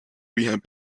rehab